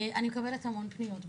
אני מקבלת המון פניות בנושא.